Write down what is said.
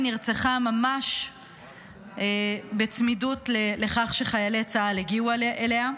היא נרצחה ממש בצמידות לכך שחיילי צה"ל הגיעו אליה.